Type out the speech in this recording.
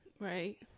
right